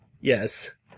Yes